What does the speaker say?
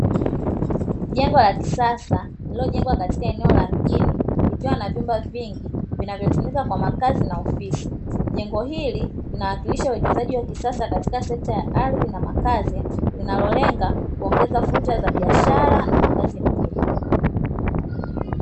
Jengo la kisasa lililojengwa katika eneo la mjini, likiwa na vyumba vingi vinavyotumika kwa makazi na ofisi. Jengo hili linawakilisha uwekezaji wa kisasa katika sekta ya ardhi na makazi, linalolenga kuongeza fursa za biashara na makazi mjini.